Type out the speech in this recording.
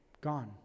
gone